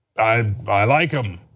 i i like him.